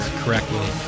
correctly